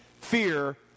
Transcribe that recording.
fear